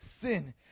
sin